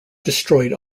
destroyed